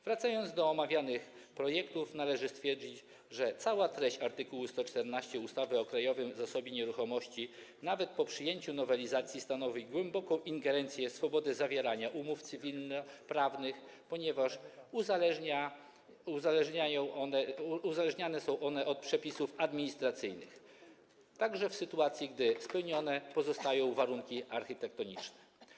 Wracając do omawianych projektów, należy stwierdzić, że cała treść art. 114 ustawy o Krajowym Zasobie Nieruchomości nawet po przyjęciu nowelizacji stanowi głęboką ingerencję w swobodę zawierania umów cywilnoprawnych, ponieważ uzależnione są one od przepisów administracyjnych, także w sytuacji, gdy spełnione pozostają warunki architektoniczne.